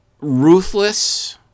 Ruthless